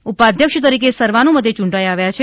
ના ઉપાધ્યક્ષ તરીકે સર્વાનુમતે ચૂંટાઈ આવ્યા છે